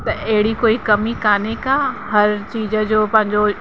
ते अहिड़ी कोई कमी कोन्हे का हर चीज जो